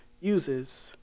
uses